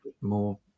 more